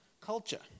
culture